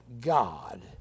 God